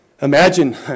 Imagine